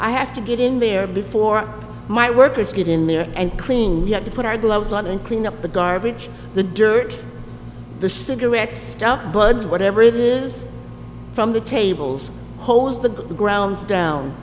i have to get in there before my workers get in there and clean you have to put our gloves on and clean up the garbage the dirt the cigarettes stuff bugs whatever it is from the tables hose the grounds down